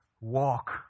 walk